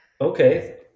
okay